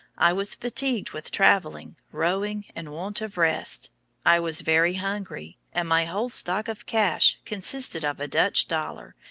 i was fatigued with travelling, rowing, and want of rest i was very hungry and my whole stock of cash consisted of a dutch dollar,